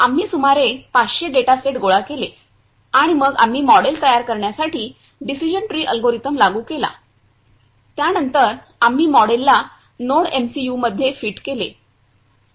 आम्ही सुमारे 500 data set गोळा केले आणि मग आम्ही मॉडेल तयार करण्यासाठी डिसिजन ट्री अल्गोरिदम लागू केला त्यानंतर आम्ही मॉडेलला नोडएमसीयूमध्ये फिट केले